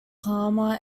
palmer